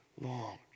long